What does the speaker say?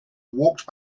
walked